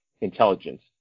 intelligence